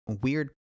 weird